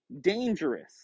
dangerous